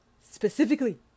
specifically